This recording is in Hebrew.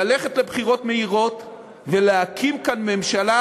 ללכת לבחירות מהירות ולהקים כאן ממשלה